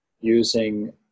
using